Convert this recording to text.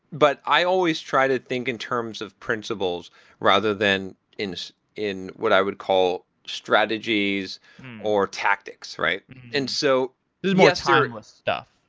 but i always try to think in terms of principles rather than in in what i would call strategies or tactics. and so more timeless stuff.